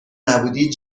نبودی